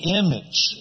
image